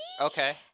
Okay